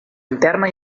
interna